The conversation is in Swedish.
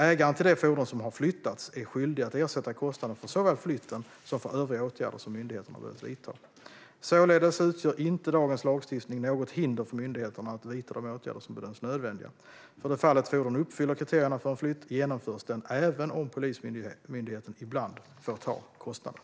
Ägaren till det fordon som har flyttats är skyldig att ersätta kostnaden för såväl flytten som övriga åtgärder som myndigheterna behövt vidta. Således utgör inte dagens lagstiftning något hinder för myndigheterna att vidta de åtgärder som bedöms nödvändiga. För det fall ett fordon uppfyller kriterierna för en flytt genomförs den även om Polismyndigheten ibland får ta kostnaden.